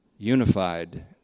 Unified